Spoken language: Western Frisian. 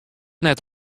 net